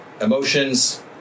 emotions